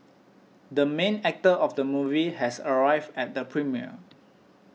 the main actor of the movie has arrived at the premiere